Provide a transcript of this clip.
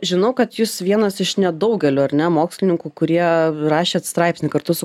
žinau kad jūs vienas iš nedaugelio ar ne mokslininkų kurie rašėt straipsnį kartu su